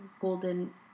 golden